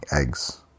eggs